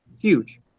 huge